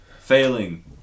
Failing